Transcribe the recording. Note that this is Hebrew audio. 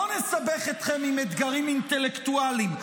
לא נסבך אתכם עם אתגרים אינטלקטואליים,